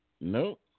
Nope